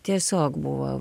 tiesiog buvo